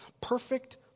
Perfect